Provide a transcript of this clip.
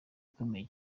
ikomeye